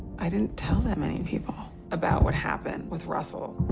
i didn't tell that many people about what happened with russell.